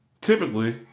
typically